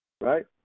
right